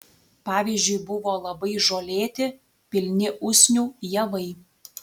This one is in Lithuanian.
pavyzdžiui buvo labai žolėti pilni usnių javai